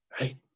right